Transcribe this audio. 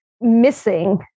missing